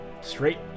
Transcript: Straight